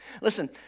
Listen